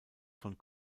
von